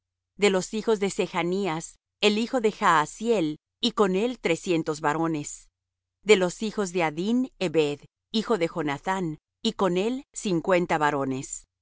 de los hijos de sechnías el hijo de jahaziel y con él trescientos varones de los hijos de adín ebed hijo de jonathán y con él cincuenta varones